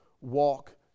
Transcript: walk